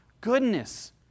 goodness